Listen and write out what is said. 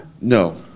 No